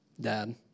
Dad